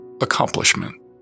accomplishment